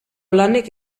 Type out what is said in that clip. lanek